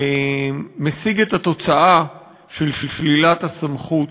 משיג את התוצאה של שלילת הסמכות.